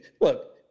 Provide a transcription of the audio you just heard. look